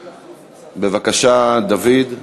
בבקשה, דוד.